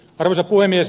arvoisa puhemies